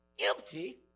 empty